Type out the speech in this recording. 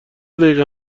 دقیقه